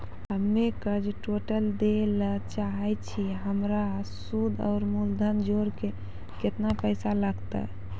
हम्मे कर्जा टोटल दे ला चाहे छी हमर सुद और मूलधन जोर के केतना पैसा लागत?